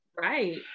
Right